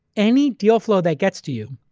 any deal flow that gets to you,